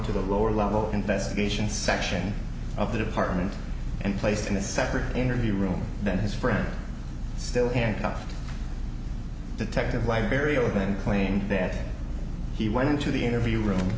to the lower level investigation section of the department and placed in a separate interview room then his friend still handcuffed detective liberia would then claim that he went into the interview room